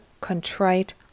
contrite